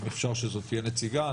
אם אפשר שזו תהיה נציגה,